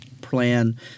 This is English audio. plan